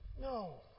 No